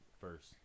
first